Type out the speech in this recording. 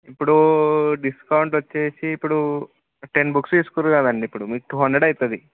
ఇప్పుడు డిస్కౌంట్ వచ్చేసి ఇప్పుడు టెన్ బుక్స్ తీసుకున్నారు కదండీ ఇప్పుడు మీకు టూ హండ్రెడ్ అవుతుంది